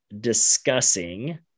discussing